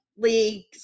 league's